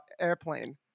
Airplane